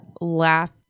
Laugh